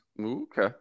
Okay